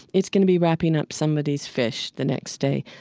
it's going to be wrapping up somebody's fish the next day.